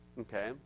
Okay